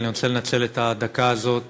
אני רוצה לנצל את הדקה הזאת